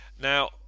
Now